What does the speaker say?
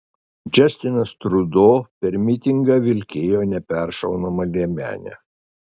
džastinas trudo per mitingą vilkėjo neperšaunamą liemenę